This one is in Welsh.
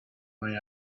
mae